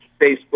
Facebook